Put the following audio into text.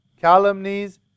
calumnies